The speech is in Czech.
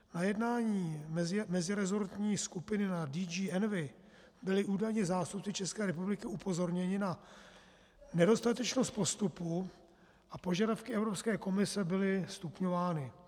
Na jednání meziresortní skupiny na DG ENVI byli údajně zástupci České republiky upozorněni na nedostatečnost postupu a požadavky Evropské komise byly stupňovány.